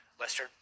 Lester